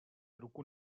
ruku